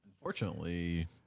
Unfortunately